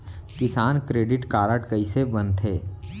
किसान credit card कइसे बनथे?